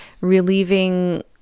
relieving